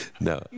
no